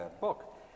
book